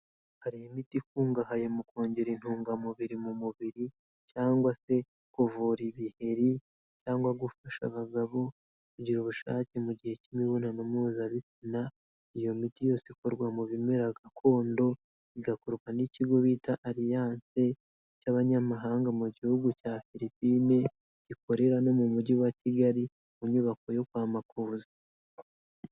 Hari imiti ikungahaye mu kongera intungamubiri mu mubiri cyangwa se kuvura ibiheri cyangwa gufasha abagabo kugira ubushake mu gihe k'imibonano mpuzabitsina, iyo miti yose ikorwa mu bimera gakondo, igakorwa n'ikigo bita Alliance cy'abanyamahanga mu gihugu cya Philipine, gikorera no mu mujyi wa Kigali mu nyubako yo kwa Makuza.